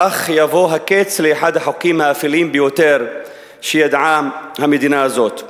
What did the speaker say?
כך יבוא הקץ לאחד החוקים האפלים ביותר שידעה המדינה הזאת.